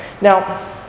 Now